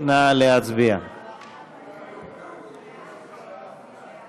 ההצעה להעביר את הצעת המועצה להשכלה גבוהה